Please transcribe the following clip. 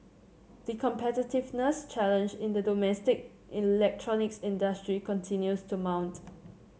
the competitiveness challenge in the domestic electronics industry continues to mount